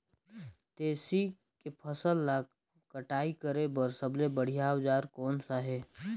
तेसी के फसल ला कटाई करे बार सबले बढ़िया औजार कोन सा हे?